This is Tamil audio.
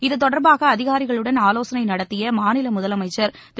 இது தொடர்பாக அதிகாரிகளுடன் ஆலோசனை நடத்திய மாநில முதலமைச்சர் திரு